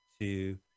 two